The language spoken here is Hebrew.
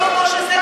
בריאותי כמו שזה,